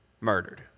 murdered